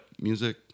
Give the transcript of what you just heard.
Music